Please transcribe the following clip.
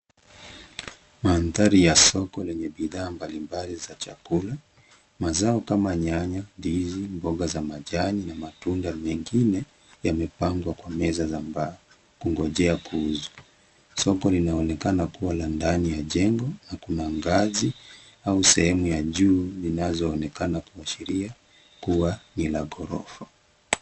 Mandhari ya soko lenye bidhaa mbalimbali za chakula. Mazao kama nyanya, ndizi, mboga za majani na matunda mengine yamepangwa kwa meza za mbao kungojea kuuzwa. Soko linaonekana kuwa la ndani ya jengo na kuna ngazi au sehemu ya juu inayooneka kuashiria kuwa ni ka ghorofa.